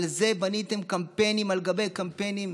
על זה בניתם קמפיינים על גבי קמפיינים?